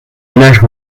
ménages